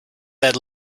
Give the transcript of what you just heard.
that